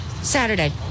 Saturday